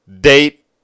date